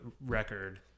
record